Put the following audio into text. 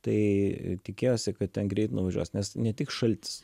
tai tikėjosi kad ten greit nuvažiuos nes ne tik šaltis